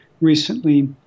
recently